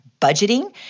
budgeting